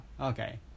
Okay